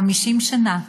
50 שנה